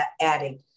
adding